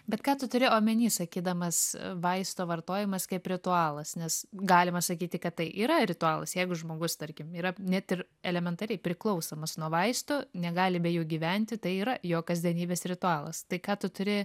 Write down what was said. bet ką tu turi omeny sakydamas vaisto vartojimas kaip ritualas nes galima sakyti kad tai yra ritualas jeigu žmogus tarkim yra net ir elementariai priklausomas nuo vaistų negali be jų gyventi tai yra jo kasdienybės ritualas tai ką tu turi